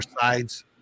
sides